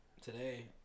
today